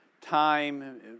time